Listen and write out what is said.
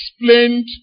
explained